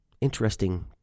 Interesting